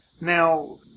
Now